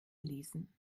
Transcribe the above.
lesen